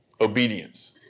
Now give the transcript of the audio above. Obedience